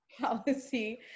Policy